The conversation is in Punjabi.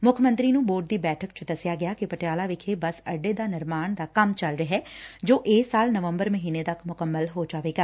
ਮੱਖ ਮੰਤਰੀ ਨੰ ਬੋਰਡ ਦੀ ਬੈਠਕ ਚ ਦਸਿਆ ਗਿਆ ਕਿ ਪਟਿਆਲਾ ਵਿਖੇ ਬੱਸ ਅੱਡੇ ਦਾ ਨਿਰਮਾਣ ਦਾ ਕੰਮ ਚੱਲ ਰਿਹੈ ਜੋ ਇਸ ਸਾਲ ਨਵੰਬਰ ਮਹੀਨੇ ਤੱਕ ਮੁਕੰਮਲ ਹੋ ਜਾਵੇਗਾ